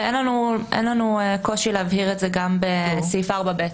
ואין לנו קושי להבהיר את זה גם בסעיף 4(ב).